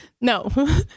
no